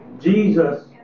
Jesus